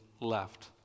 left